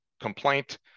complaint